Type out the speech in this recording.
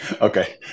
Okay